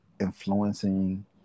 influencing